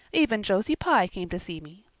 even josie pye came to see me.